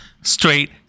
straight